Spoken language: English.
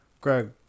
Greg